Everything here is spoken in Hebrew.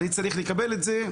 אני צריך לקבל את זה.